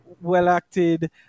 well-acted